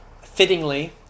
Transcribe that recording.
fittingly